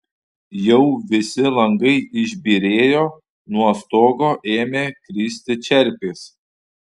jau visi langai išbyrėjo nuo stogo ėmė kristi čerpės